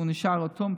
הוא נשאר אטום,